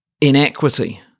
inequity